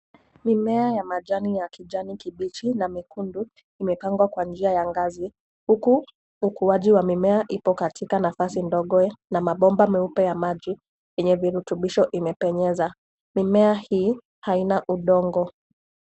Mimea ya majani ya kijani kibichi na mekundu imepangwa kwa njia ya ngazi huku ukuaji wa mimea ipo katika nafasi ndogo na mabomba meupe ya maji yenye virutubisho imepenyeza. Mimea hii haina udongo.